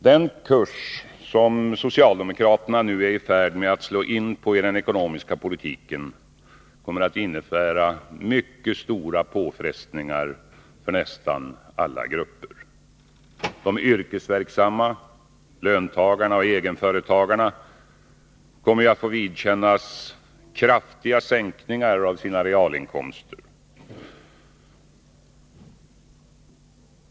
Den kurs som socialdemokraterna nu är i färd med att slå in på i den ekonomiska politiken kommer att innebära mycket stora påfrestningar för nästan alla grupper. De yrkesverksamma, löntagarna och egenföretagarna, kommer att få vidkännas kraftiga sänkningar av sina realinkomster.